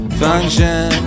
function